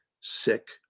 sick